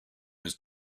his